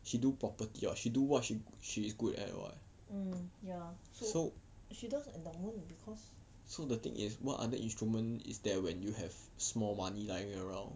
mm ya so she does endowment because